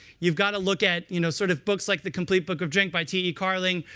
you've got to look at you know sort of books like the complete book of drink by t e. carling,